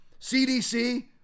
CDC